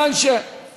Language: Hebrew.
טוב, האם הנשיאות אישרה